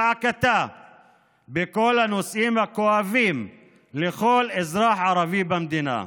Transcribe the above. זעקתה בכל הנושאים הכואבים לכל אזרח ערבי במדינה.